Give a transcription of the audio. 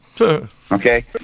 Okay